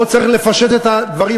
פה צריך לפשט את הדברים.